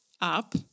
up